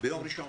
ביום ראשון.